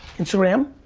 instagram,